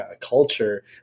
culture